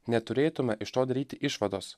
neturėtume iš to daryti išvados